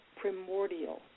primordial